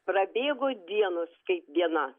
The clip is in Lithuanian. prabėgo dienos kaip viena